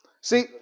See